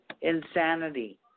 insanity